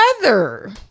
weather